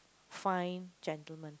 fine gentleman